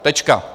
Tečka.